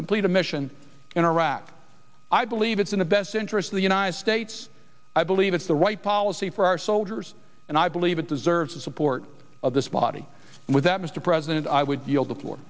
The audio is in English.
complete a mission in iraq i believe it's in the best interest of the united states i believe it's the right policy for our soldiers and i believe it deserves the support of this body and with that mr president i would yield the floor